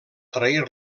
trair